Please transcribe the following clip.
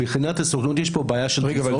מבחינת הסוכנות יש פה בעיה של --- רגע,